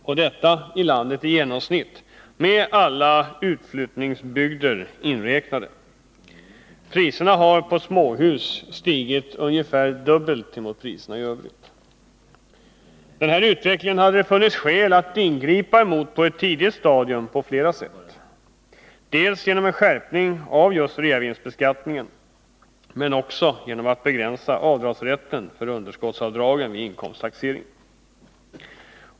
Och detta i landet i genomsnitt, med alla utflyttningsbygder inräknade. Priserna på småhus har stigit ungefär dubbelt så mycket som priserna i Övrigt. Det hade funnits skäl att på ett tidigt stadium ingripa mot denna utveckling på flera sätt: dels genom en skärpning av just reavinstbeskattningen, dels också genom att begränsa rätten att göra underskottsavdrag vid inkomsttaxeringen.